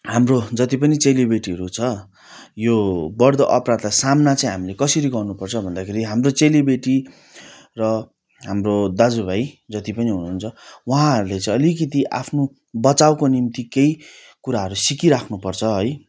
हाम्रो जति पनि चेलीबेटीहरू छ यो बढ्दो अपराधलाई सामना चाहिँ हामीले कसरी गर्नु पर्छ भन्दाखेरि हाम्रो चेलीबेटी र हाम्रो दाजुभाइ जति पनि हुनु हुन्छ उहाँहरूले चाहिँ अलिकिति आफ्नो बचाउको निम्ति केही कुराहरू सिकी राख्नु पर्छ है